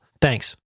Thanks